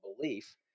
belief